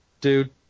dude